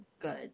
good